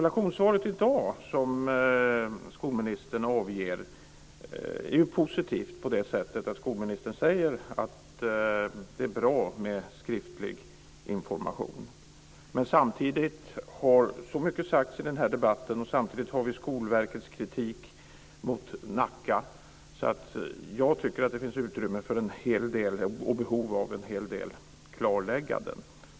Det interpellationssvar som skolministern avger i dag är positivt på det sättet att skolministern säger att det är bra med skriftlig information. Men så mycket har sagts i denna debatt, och samtidigt har vi Skolverkets kritik mot Nacka, så jag tycker att det finns utrymme för och behov av en hel del klarlägganden.